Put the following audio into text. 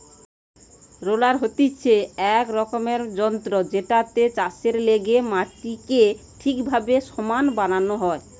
roller হতিছে এক রকমের যন্ত্র জেটাতে চাষের লেগে মাটিকে ঠিকভাবে সমান বানানো হয়